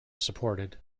supported